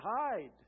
hide